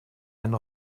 einen